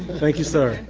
thank you, sir.